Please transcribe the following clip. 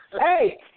hey